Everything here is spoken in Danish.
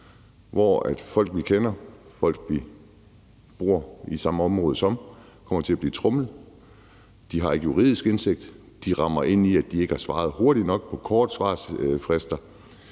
hvor folk, vi kender, folk, vi bor i samme område som, kommer til at blive tromlet. De har ikke juridisk indsigt. De ramler ind i, at de med de korte svarfrister